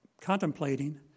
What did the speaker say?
contemplating